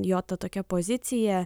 jo ta tokia pozicija